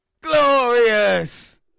glorious